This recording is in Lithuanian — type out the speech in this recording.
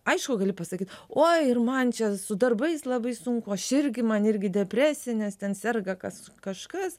aišku gali pasakyt oi ir man čia su darbais labai sunku aš irgi man irgi depresija nes ten serga kas kažkas